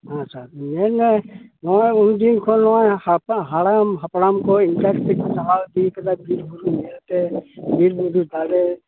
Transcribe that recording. ᱟᱪᱪᱷᱟ ᱧᱮᱞᱢᱮ ᱱᱚᱣᱟ ᱩᱱᱫᱤᱱ ᱠᱷᱚᱱ ᱱᱚᱣᱟ ᱦᱟᱲᱟᱢ ᱦᱟᱯᱲᱟᱢ ᱠᱚ ᱤᱱᱠᱟᱹᱠᱟᱛᱮ ᱠᱚ ᱪᱟᱞᱟᱣ ᱤᱫᱤᱭᱟᱠᱟᱫᱟ ᱵᱤᱨ ᱵᱩᱨᱩ ᱤᱭᱟᱹᱛᱮ ᱵᱤᱨ ᱵᱩᱨᱩ ᱫᱟᱨᱮ